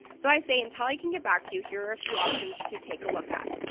so i say, until i can get back to you here are a few options to take a look at,